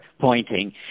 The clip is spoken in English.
pointing